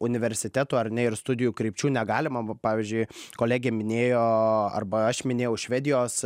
universitetų ar ne ir studijų krypčių negalima va pavyzdžiui kolegė minėjo arba aš minėjau švedijos